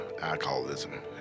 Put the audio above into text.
alcoholism